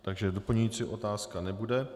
Takže doplňující otázka nebude.